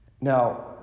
Now